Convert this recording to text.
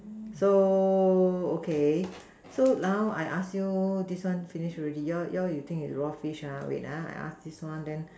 so okay so now I ask you this one finish already you you think is raw fish ah wait ah I ask this one then